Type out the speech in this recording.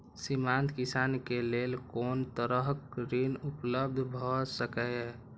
सीमांत किसान के लेल कोन तरहक ऋण उपलब्ध भ सकेया?